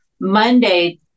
Monday